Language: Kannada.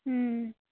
ಹ್ಞೂ